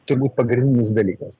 turbūt pagrindinis dalykas